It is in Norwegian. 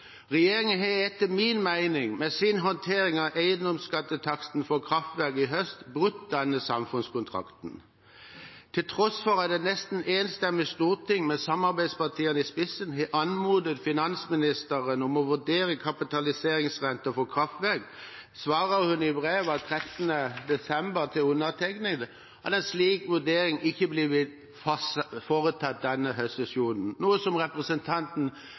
Regjeringen har etter min mening med sin håndtering av eiendomsskattetaksten for kraftverk i høst brutt denne samfunnskontrakten. Til tross for at et nesten enstemmig storting med samarbeidspartiene i spissen har anmodet finansministeren om å vurdere kapitaliseringsrenten for kraftverk, svarer hun i brev av 13. desember til undertegnede at en slik vurdering ikke vil bli foretatt denne høstsesjonen, noe som representanten